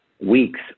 weeks